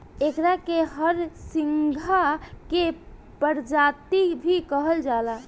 एकरा के हरसिंगार के प्रजाति भी कहल जाला